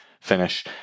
finish